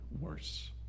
worse